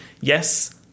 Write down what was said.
yes